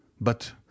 But